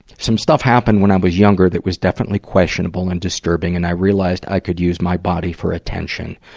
some stuff happened when i was younger that was definitely questionable and disturbing, and i realized i could use my body for attention.